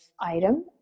item